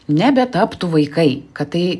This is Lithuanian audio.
nebetaptų vaikai kad tai